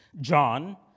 John